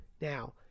Now